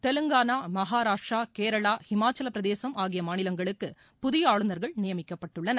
தெலங்கானா மகாராஷ்ட்ரா கேரளா இமாச்சல பிரதேசம் ஆகிய மாநிலங்களுக்கு புதிய ஆளுநர்கள் நியமிக்கப்பட்டுள்ளனர்